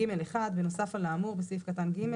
(ג1) בנוסף על האמור בסעיף קטן (ג),